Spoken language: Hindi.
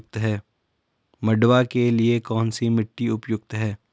मंडुवा के लिए कौन सी मिट्टी उपयुक्त है?